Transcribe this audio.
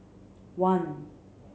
one